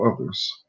others